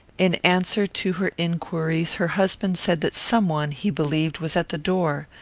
in answer to her inquiries, her husband said that some one, he believed, was at the door,